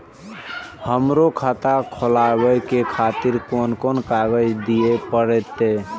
हमरो खाता खोलाबे के खातिर कोन कोन कागज दीये परतें?